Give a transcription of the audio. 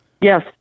Yes